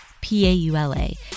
P-A-U-L-A